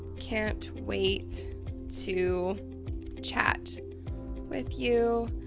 can't wait to chat with you.